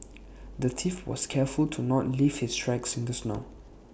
the thief was careful to not leave his tracks in the snow